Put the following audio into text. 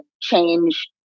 change